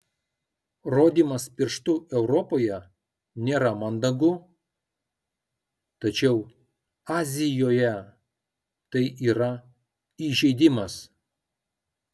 rodymas pirštu europoje nėra mandagu tačiau azijoje tai yra įžeidimas